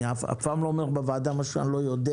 ואני אף פעם לא אומר בוועדה דברים שאני לא יודע.